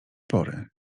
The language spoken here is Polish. pory